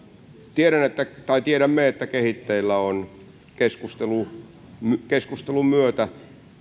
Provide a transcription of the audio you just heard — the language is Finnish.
tiedämme että kehitteillä on keskustelun myötä